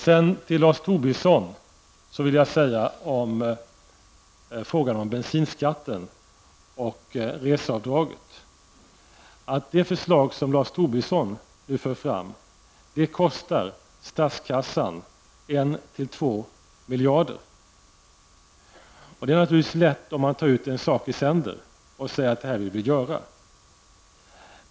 Till Lars Tobisson vill jag apropå frågan om bensinskatten och reseavdragen säga, att det förslag som Lars Tobisson nu för fram kostar statskassan 1--2 miljarder. Det är naturligtvis lätt att ta ut en sak i sänder och säga att detta vill vi göra.